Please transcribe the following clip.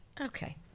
Okay